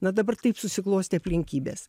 na dabar taip susiklostė aplinkybės